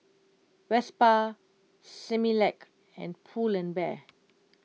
Vespa Similac and Pull and Bear